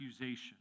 accusation